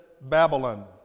Babylon